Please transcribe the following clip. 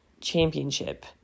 championship